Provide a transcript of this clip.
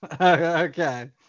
okay